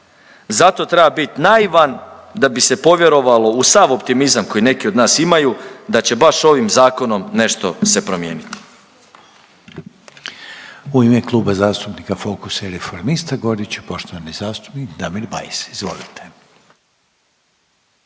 Zato treba bit naivan da bi se povjerovalo uz sav optimizam koji neki od nas imaju da će baš ovim zakonom nešto se promijeniti.